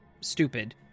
stupid